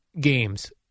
games